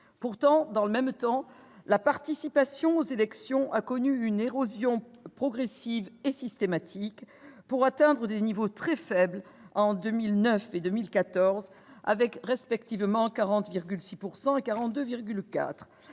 Pourtant, dans le même temps, la participation aux élections a connu une érosion progressive et systématique, pour atteindre des taux très faibles en 2009 et en 2014, respectivement 40,6 % et 42,4 %.